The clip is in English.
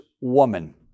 woman